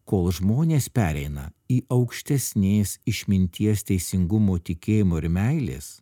kol žmonės pereina į aukštesnės išminties teisingumo tikėjimo ir meilės